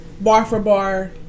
bar-for-bar